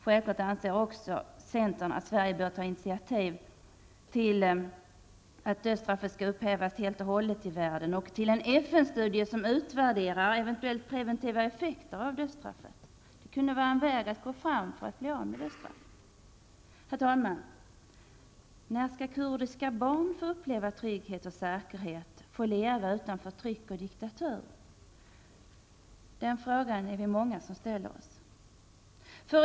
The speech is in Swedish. Självklart anser centern också att Sverige bör ta initiativ till att dödsstraff upphävs överallt i världen och till en FN-studie, som utvärderar eventuella preventiva effekter av dödsstraffet. Det kunde vara en väg att gå fram för att bli av med dödsstraffet. Herr talman! När skall kurdiska barn få uppleva trygghet och säkerhet, få leva utan förtryck och diktatur? Den frågan är vi många som ställer oss.